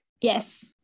Yes